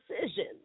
decisions